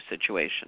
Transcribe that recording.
situation